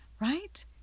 right